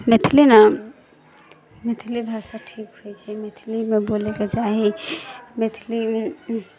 मैथिली नहि मैथिली भाषा ठीक होइ छै मैथिलीमे बोलैके चाही मैथिली